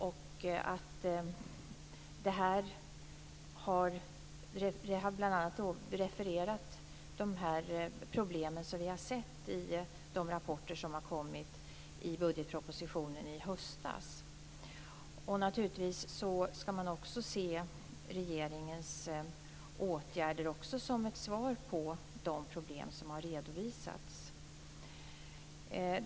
Vi har bl.a. i budgetpropositionen i höstas refererat till de problem som vi har sett i de rapporter som har kommit. Naturligtvis skall man också se regeringens åtgärder som ett svar på de problem som har redovisats.